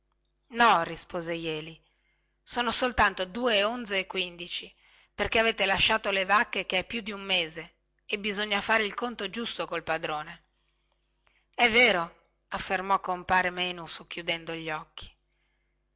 no rispose jeli sono soltanto onze e quindici perchè avete lasciato le vacche che è più di un mese e bisogna fare il conto giusto col padrone è vero affermò compare menu socchiudendo gli occhi